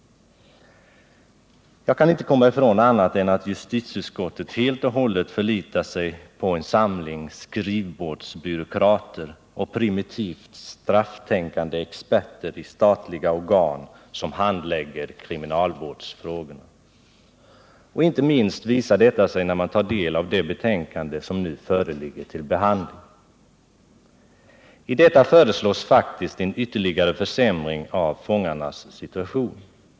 Jag kan inte komma ifrån att justitieutskottet helt och hållet förlitar sig på en samling skrivbordsbyråkrater och primitivt strafftänkande experter i statliga organ som handlägger kriminalvårdsfrågor. Inte minst visar detta sig när man tar del av det betänkande som nu föreligger till behandling. I detta föreslås faktiskt ytterligare försämringar av fångarnas situation.